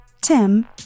Tim